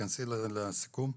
תתכנסי לסיכום.